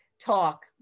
talk